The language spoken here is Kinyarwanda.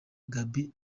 gaby